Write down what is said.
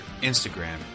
Instagram